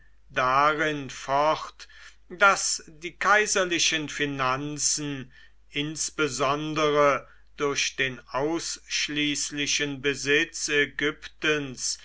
darin fort daß die kaiserlichen finanzen insbesondere durch den ausschließlichen besitz ägyptens